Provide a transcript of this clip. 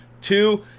Two